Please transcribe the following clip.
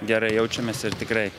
gerai jaučiamės ir tikrai